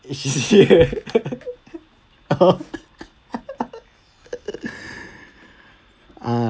is sh~ ah